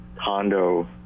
condo